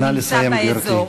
נא לסיים, גברתי.